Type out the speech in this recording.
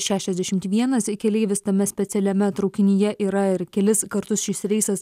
šešiasdešimt vienas keleivis tame specialiame traukinyje yra ir kelis kartus šis reisas